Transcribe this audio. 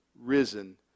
risen